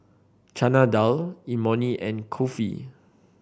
Chana Dal Imoni and Kulfi